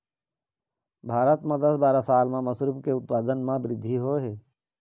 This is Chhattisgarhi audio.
भारत म दस बारा साल म मसरूम के उत्पादन म बृद्धि होय हे